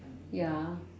ya